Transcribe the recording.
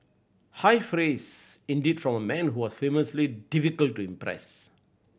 high praise indeed from a man who was famously difficult to impress